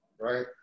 right